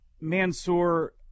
Mansoor